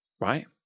right